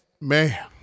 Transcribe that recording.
Man